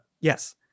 Yes